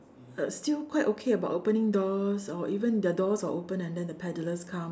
still quite okay about opening doors or even their doors are open and the peddlers come